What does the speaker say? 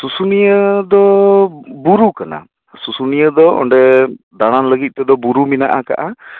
ᱥᱩᱥᱩᱱᱤᱭᱟᱹ ᱫᱚ ᱵᱩᱨᱩ ᱠᱟᱱᱟ ᱥᱩᱥᱩᱱᱤᱭᱟᱹ ᱫᱚ ᱚᱸᱰᱮ ᱫᱟᱬᱟᱱ ᱞᱟᱹᱜᱤᱫᱽ ᱛᱮᱫᱚ ᱵᱩᱨᱩ ᱢᱮᱱᱟᱜ ᱟᱠᱟᱫᱼᱟ